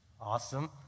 awesome